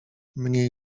mniej